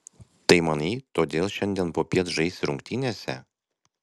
tai manai todėl šiandien popiet žaisi rungtynėse